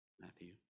Matthew